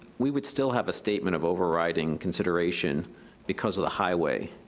we would still have a statement of overriding consideration because of the highway.